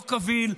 לא קביל,